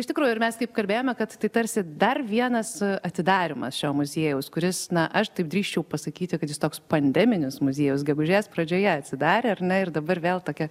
iš tikro ir mes kaip kalbėjome kad tai tarsi dar vienas atidarymas šio muziejaus kuris na aš taip drįsčiau pasakyti kad jis toks pandeminis muziejaus gegužės pradžioje atsidarė ar ne ir dabar vėl tokia